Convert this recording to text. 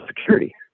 security